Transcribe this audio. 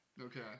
Okay